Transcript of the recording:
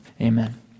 Amen